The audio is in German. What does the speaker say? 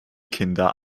kinder